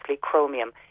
chromium